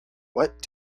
what